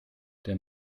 der